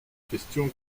question